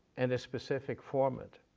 and a specific format.